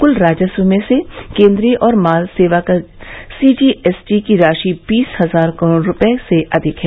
कुल राजस्व में से केन्द्रीय और माल सेवाकर सीजीएसटी की राशि बीस हजार करोड रूपये से अधिक है